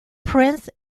prince